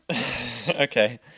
Okay